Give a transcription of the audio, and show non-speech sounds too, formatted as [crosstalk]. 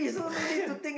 [laughs]